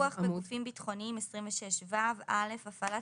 פיקוח בגופים ביטחוניים 26ו. (א)הפעלת